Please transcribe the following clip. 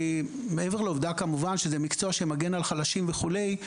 מעבר לעבודה כמובן שזה מקצוע שמגן על חלשים וכו',